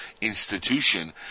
institution